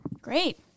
Great